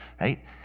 right